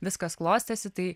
viskas klostėsi tai